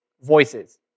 voices